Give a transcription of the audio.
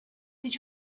did